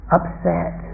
upset